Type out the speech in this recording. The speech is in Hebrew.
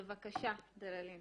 בבקשה, דללין.